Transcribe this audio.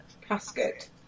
Casket